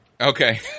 Okay